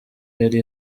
yari